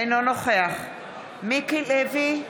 אינו נוכח מיקי לוי,